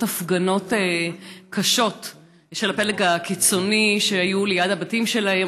הפגנות קשות של הפלג הקיצוני שהיו ליד הבתים שלהם.